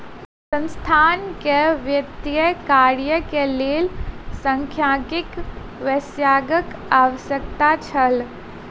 संस्थान के वित्तीय कार्य के लेल सांख्यिकी विशेषज्ञक आवश्यकता छल